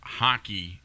hockey